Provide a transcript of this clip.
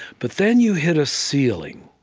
but then you hit a ceiling,